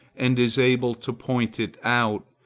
and is able to point it out,